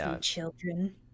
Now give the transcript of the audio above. children